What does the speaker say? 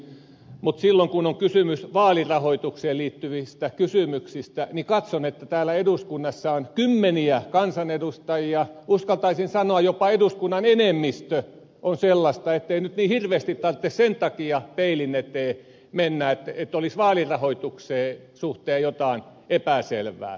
mutta silloin kun on kysymys vaalirahoitukseen liittyvistä kysymyksistä katson että täällä eduskunnassa on kymmeniä kansanedustajia uskaltaisin sanoa että jopa eduskunnan enemmistö on sellaisia ettei nyt niin hirveästi tarvitse sen takia peilin eteen mennä että olisi vaalirahoituksen suhteen jotain epäselvää